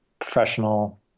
professional